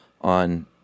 on